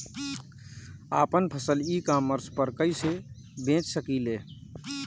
आपन फसल e commerce पर कईसे बेच सकिले?